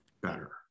better